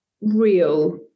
real